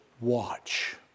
watch